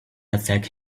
affect